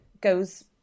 goes